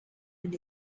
and